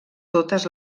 totes